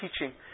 teaching